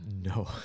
No